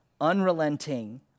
unrelenting